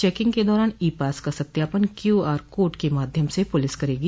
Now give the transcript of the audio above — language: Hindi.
चेकिंग के दौरान ई पास का सत्यापन क्यूआर कोड के माध्यम से पुलिस करेगी